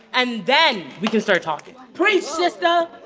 and then we can start talking preach, sister